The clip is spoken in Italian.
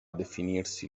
definirsi